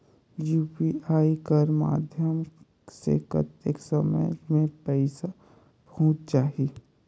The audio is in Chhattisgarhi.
यू.पी.आई कर माध्यम से कतेक समय मे पइसा पहुंच जाहि?